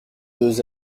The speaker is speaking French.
deux